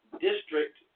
district